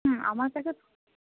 হুম আমার কাছে